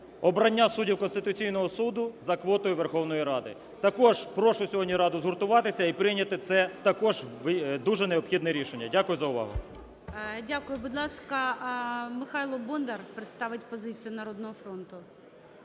обрання суддів Конституційного Суду за квотою Верховної Ради. Також прошу сьогодні Раду згуртуватися і прийняти це також дуже необхідне рішення. Дякую за увагу. 17:32:02 ГОЛОВУЮЧИЙ. Дякую. Будь ласка, Михайло Бондар представить позицію "Народного фронту".